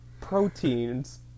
proteins